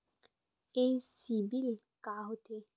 ये सीबिल का होथे?